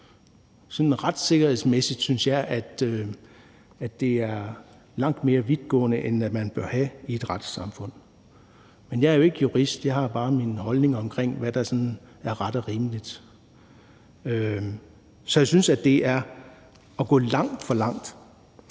Så retssikkerhedsmæssigt synes jeg at det er langt mere vidtgående, end hvordan det bør være i et retssamfund. Men jeg er jo ikke jurist. Jeg har bare mine holdninger til, hvad der sådan er ret og rimeligt. Så jeg synes, at det er at gå alt for langt.